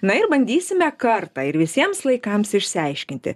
na ir bandysime kartą ir visiems laikams išsiaiškinti